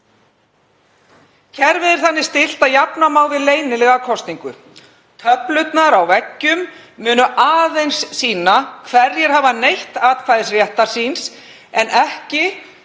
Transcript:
Kerfið er þannig stillt að jafna má við leynilega kosningu. Töflurnar á veggjum munu aðeins sýna hverjir hafa neytt atkvæðisréttar síns en ekki